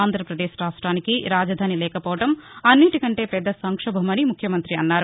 ఆంధ్రప్రదేశ్ రాష్ట్రానికి రాజధాని లేకపోవడం అన్నింటికంటే పెద్ద సంక్షోభమని ముఖ్యమంత్రి అన్నారు